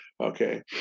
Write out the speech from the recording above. Okay